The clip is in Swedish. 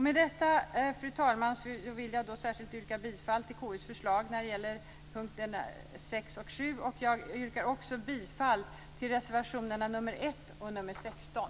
Med detta, fru talman, vill jag särskilt yrka bifall till KU:s förslag när det gäller punkterna 6 och 7. Jag yrkar också bifall till reservationerna nr 1 och 16.